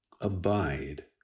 abide